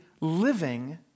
living